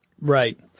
Right